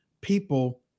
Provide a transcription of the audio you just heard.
people